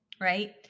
right